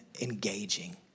engaging